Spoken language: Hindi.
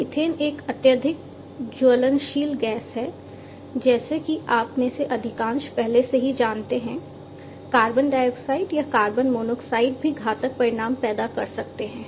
मीथेन एक अत्यधिक ज्वलनशील गैस है जैसा कि आप में से अधिकांश पहले से ही जानते हैं कार्बन डाइऑक्साइड या कार्बन मोनोऑक्साइड भी घातक परिणाम पैदा कर सकते हैं